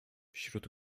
wśród